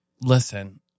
listen